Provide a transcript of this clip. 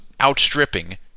outstripping